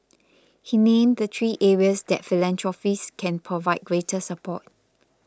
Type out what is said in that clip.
he named the three areas that philanthropists can provide greater support